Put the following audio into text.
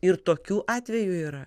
ir tokių atvejų yra